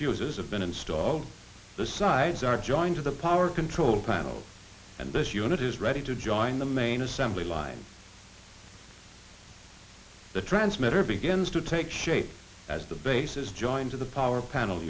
fuses have been installed the sides are joined to the power control panel and this unit is ready to join the main assembly line the transmitter begins to take shape as the base is joined to the power panel